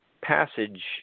passage